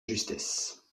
justesse